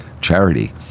charity